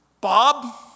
Bob